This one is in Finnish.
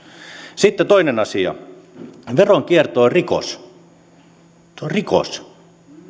sitten toinen asia veronkierto on rikos se on rikos